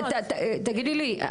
תגידי לי,